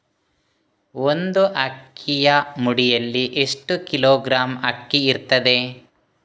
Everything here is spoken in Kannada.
ಒಂದು ಅಕ್ಕಿಯ ಮುಡಿಯಲ್ಲಿ ಎಷ್ಟು ಕಿಲೋಗ್ರಾಂ ಅಕ್ಕಿ ಇರ್ತದೆ?